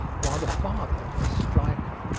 while the father, a striker,